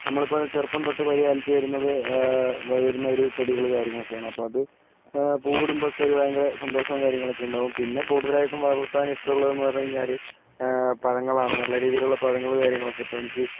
നമ്മളിപ്പോൾ ചെറുപ്പം തൊട്ട് പരിപാലിച്ച് വരുന്നത് വരുന്നൊരു ചെടികൾ കാര്യങ്ങളൊക്കെയാണ് അപ്പോൾ അത് പൂവിടുമ്പോളൊക്കെ ഒരു ഭയങ്കര സന്തോഷവും കാര്യങ്ങളൊക്കെ ഉണ്ടാകും പിന്നെ കൂടുതലായിട്ടും വളർത്താനിഷ്ടമിയുള്ളതെന്ന് പറഞ്ഞു കഴിഞ്ഞാൽ പഴങ്ങളാണ് നല്ല രീതിയിലുള്ള പഴങ്ങൾ കാര്യങ്ങളൊക്കെ അപ്പോൾ എനിക്ക്